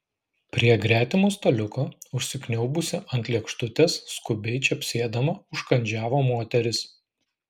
prie gretimo staliuko užsikniaubusi ant lėkštutės skubiai čepsėdama užkandžiavo moteris